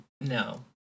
No